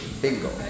bingo